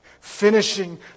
Finishing